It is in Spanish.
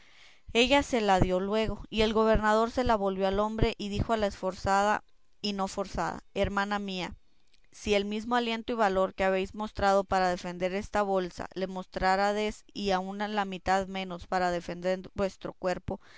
ella se la dio luego y el gobernador se la volvió al hombre y dijo a la esforzada y no forzada hermana mía si el mismo aliento y valor que habéis mostrado para defender esta bolsa le mostrárades y aun la mitad menos para defender vuestro cuerpo